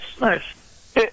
nice